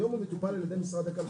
היום הוא מטופל על ידי משרד הכלכלה,